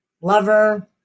lover